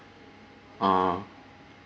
err